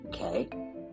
Okay